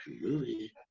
movie